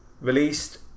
Released